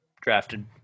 drafted